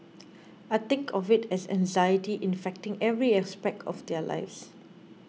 I think of it as anxiety infecting every aspect of their lives